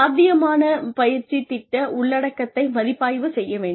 சாத்தியமான பயிற்சி திட்ட உள்ளடக்கத்தை மதிப்பாய்வு செய்ய வேண்டும்